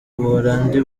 buholandi